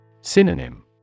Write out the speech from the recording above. Synonym